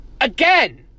Again